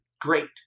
great